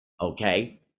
Okay